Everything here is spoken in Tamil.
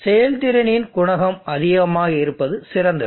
செயல்திறனின் குணகம் அதிகமாக இருப்பது சிறந்தது